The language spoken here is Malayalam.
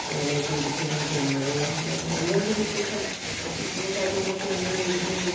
അങ്ങനൊക്കെയിരിക്കുന്നു പിന്നെ എന്തുണ്ട് വിശേഷം ഓഫീസിലെ കാര്യങ്ങളൊക്കെ എങ്ങനെയിരിക്കുന്നു